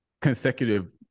consecutive